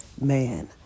man